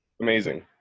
amazing